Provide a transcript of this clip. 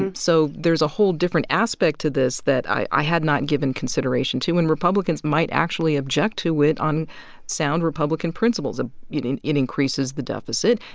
and so there's a whole different aspect to this that i i had not given consideration to. and republicans might actually object to it on sound republican principles. ah you know, and it increases the deficit.